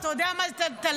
אתה יודע מה זה תל"ג?